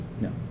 no